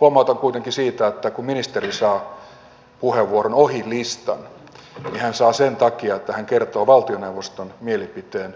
huomautan kuitenkin siitä että kun ministeri saa puheenvuoron ohi listan niin hän saa sen sen takia että hän kertoo valtioneuvoston mielipiteen